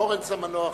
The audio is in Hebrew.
לורינץ המנוח,